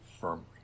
firmly